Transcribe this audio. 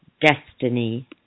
destiny